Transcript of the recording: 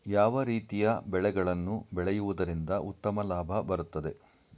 ಯಾವ ರೀತಿಯ ಬೆಳೆಗಳನ್ನು ಬೆಳೆಯುವುದರಿಂದ ಉತ್ತಮ ಲಾಭ ಬರುತ್ತದೆ?